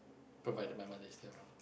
provided my mother is still around